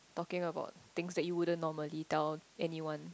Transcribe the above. talking about things that you wouldn't normally tell anyone